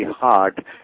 hard